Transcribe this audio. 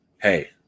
hey